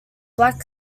black